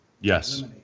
Yes